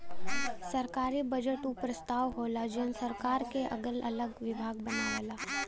सरकारी बजट उ प्रस्ताव होला जौन सरकार क अगल अलग विभाग बनावला